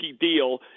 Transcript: deal